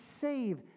save